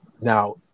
now